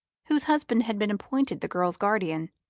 whose husband had been appointed the girl's guardian.